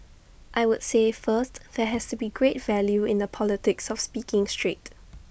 I would say first there has to be great value in the politics of speaking straight